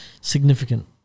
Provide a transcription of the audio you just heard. significant